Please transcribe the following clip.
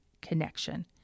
connection